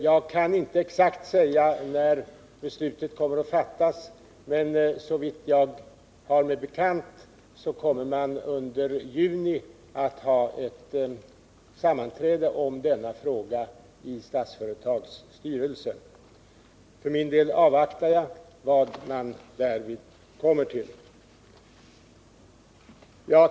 Jag kan inte exakt säga när beslutet kommer att fattas, men såvitt jag har mig bekant kommer man under juni att ha ett sammanträde om denna fråga i Statsföretags styrelse. För min del avvaktar jag vad man därvid kommer fram till.